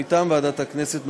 מטעם ועדת הכנסת,